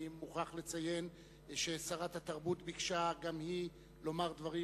אני מוכרח לציין ששרת התרבות ביקשה גם היא לומר דברים,